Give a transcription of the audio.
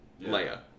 Leia